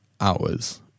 hours